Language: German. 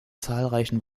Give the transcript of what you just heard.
zahlreichen